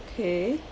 okay